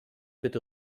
bitte